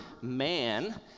man